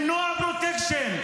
למנוע פרוטקשן.